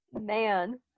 Man